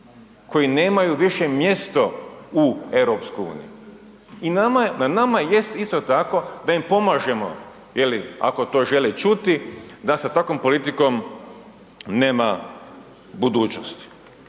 koji nemaju više mjesto u EU. I na nama jest isto tako da im pomažemo ili ako to žele čuti da sa takvom politikom nema budućnosti.